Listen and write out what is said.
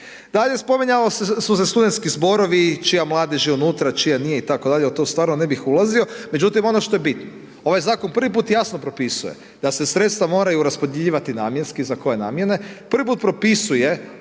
Dalje spominjali su se studentski zborovi čija mladež je unutra, čija nije itd. U to stvarno ne bih ulazio. Međutim, ono što je bitno, ovaj zakon prvi put jasno propisuje da se sredstva moraju raspodjeljivati namjenski za koje namjene, prvi put propisuje